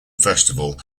festival